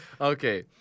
Okay